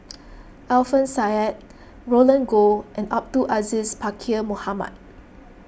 Alfian Sa'At Roland Goh and Abdul Aziz Pakkeer Mohamed